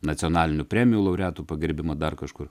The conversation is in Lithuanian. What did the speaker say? nacionalinių premijų laureatų pagerbimą dar kažkur